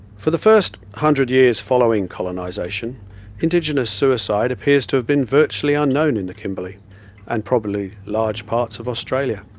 for the first hundred years following colonization indigenous suicide appears to have been virtually unknown in the kimberley and probably large parts of australia.